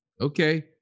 Okay